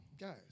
guys